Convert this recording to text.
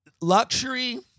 Luxury